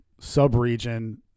sub-region